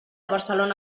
barcelona